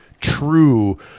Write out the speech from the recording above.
true